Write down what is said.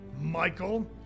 Michael